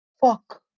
Fuck